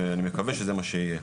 ואני מקווה שזה מה שיהיה,